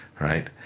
right